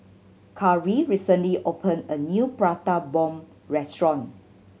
Karley recently opened a new Prata Bomb restaurant